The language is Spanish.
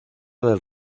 del